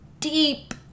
deep